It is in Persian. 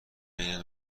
بین